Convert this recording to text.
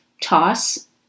toss